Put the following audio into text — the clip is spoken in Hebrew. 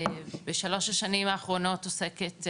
בשלוש השנים האחרונות עוסקת,